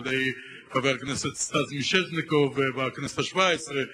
ועל-ידי חבר הכנסת סטס מיסז'ניקוב בכנסת השבע-עשרה,